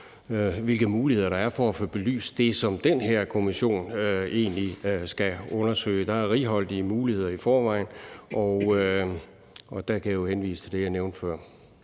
hvilke muligheder der er for at få belyst det, som den her kommission egentlig skal undersøge. Der er righoldige muligheder i forvejen, og der kan jeg jo henvise til det, jeg nævnte før.